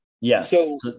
Yes